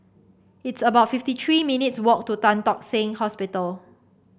it's about fifty three minutes' walk to Tan Tock Seng Hospital